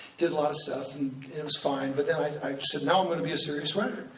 did a lot of stuff, and it was fine, but then i i said, now i'm gonna be a serious writer.